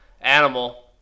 Animal